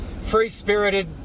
free-spirited